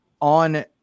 on